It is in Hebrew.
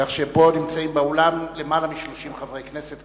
כך שנמצאים פה היום באולם למעלה מ-30 חברי כנסת,